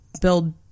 build